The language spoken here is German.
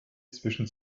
zwischen